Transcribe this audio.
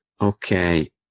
Okay